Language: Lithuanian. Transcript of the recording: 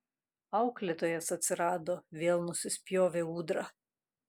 auklėtojas atsirado vėl nusispjovė ūdra